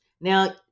Now